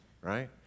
Right